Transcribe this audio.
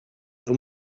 and